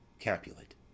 Capulet